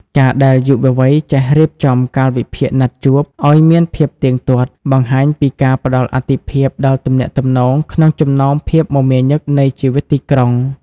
ការដែលយុវវ័យចេះរៀបចំ «កាលវិភាគណាត់ជួប» ឱ្យមានភាពទៀងទាត់ បង្ហាញពីការផ្ដល់អាទិភាពដល់ទំនាក់ទំនងក្នុងចំណោមភាពមមាញឹកនៃជីវិតទីក្រុង។